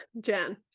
Jan